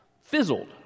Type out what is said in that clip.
fizzled